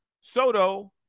Soto